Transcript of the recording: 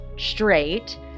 straight